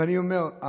ואני אומר,